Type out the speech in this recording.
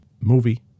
movie